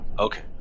Okay